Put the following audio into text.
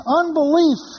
unbelief